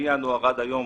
מינואר עד היום,